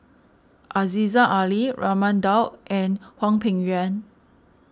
Aziza Ali Raman Daud and Hwang Peng Yuan